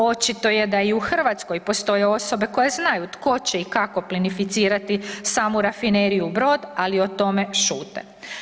Očito je da i u Hrvatskoj postoje osobe koje znaju tko će i kako plinificirati samu Rafineriju Brod, ali o tome šute.